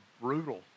brutal